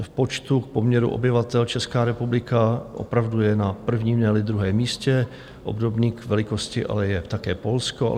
V počtu k poměru obyvatel Česká republika opravdu je na prvním, neli druhém místě, obdobně k velikosti ale je také Polsko.